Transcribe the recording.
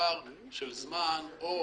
פער של זמן או